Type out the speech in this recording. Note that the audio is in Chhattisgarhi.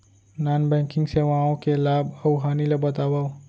नॉन बैंकिंग सेवाओं के लाभ अऊ हानि ला बतावव